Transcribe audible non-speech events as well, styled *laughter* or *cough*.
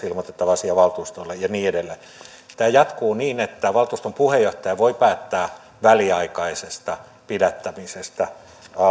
*unintelligible* ilmoitettava asiasta valtuustolle ja niin edelleen tämä jatkuu niin että valtuuston puheenjohtaja voi päättää väliaikaisesta pidättämisestä